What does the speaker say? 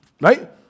right